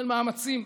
של מאמצים,